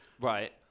right